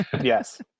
Yes